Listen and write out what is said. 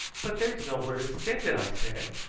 but there's nowhere to spend it, i said.